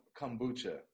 kombucha